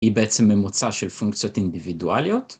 היא בעצם ממוצע של פונקציות אינדיבידואליות.